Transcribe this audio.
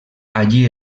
allí